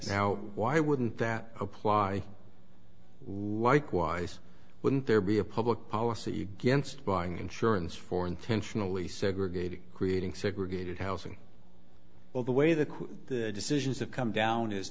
now why wouldn't that apply why quite wouldn't there be a public policy against buying insurance for intentionally segregated creating segregated housing all the way the court decisions have come down